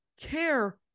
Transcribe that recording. care